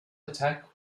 attack